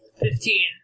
Fifteen